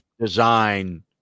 design